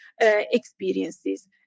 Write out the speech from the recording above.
experiences